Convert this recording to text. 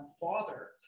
father